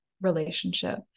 relationship